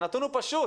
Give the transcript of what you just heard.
הנתון הוא פשוט